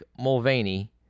Mulvaney